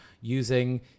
using